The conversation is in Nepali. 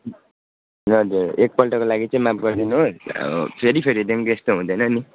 हजुर एकपल्टको लागि चाहिँ माफ गरिदिनुहोस् फेरि फेरिदेखिको यस्तो हुँदैन नि